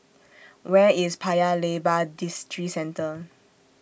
Where IS Paya Lebar Districentre